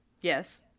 Yes